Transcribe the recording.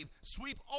sweep